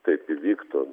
taip įvyktų